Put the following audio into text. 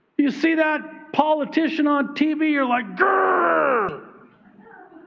you see that politician on tv? you're like grr.